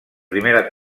primera